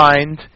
Mind